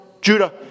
Judah